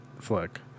flick